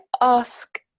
ask